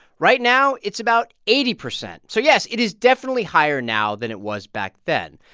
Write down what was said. right now it's about eighty percent. so yes, it is definitely higher now than it was back then.